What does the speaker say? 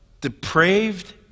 depraved